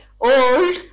old